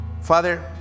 Father